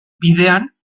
bidean